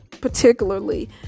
particularly